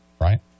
right